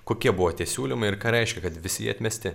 kokie buvo tie siūlymai ir ką reiškia kad visi jie atmesti